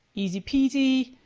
easy peasy,